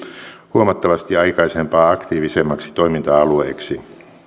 huomattavasti aikaisempaa aktiivisemmaksi toiminta alueeksi